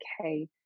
okay